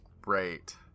great